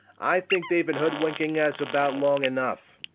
i think they've been hoodwinking us about long enough!